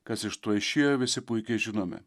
kas iš to išėjo visi puikiai žinome